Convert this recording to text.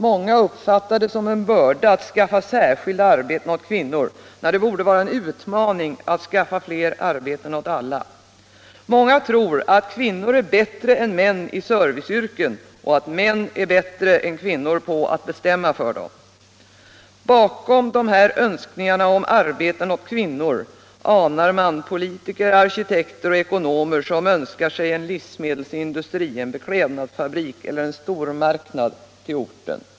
Många uppfattar det som en börda att skaffa särskilda arbeten åt kvinnor, när det borde vara en utmaning att skaffa fler arbeten åt alla. Många tror att kvinnor är bättre än män i serviceyrken och att män är bättre än kvinnor på att bestämma för dem. Bakom dessa önskningar om arbeten åt kvinnor anar man politiker, arkitekter och ekonomer som önskar sig en livsmedelsindustri, beklädnadsfabrik eller en stormarknad till orten.